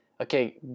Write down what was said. okay